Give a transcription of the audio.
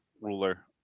ruler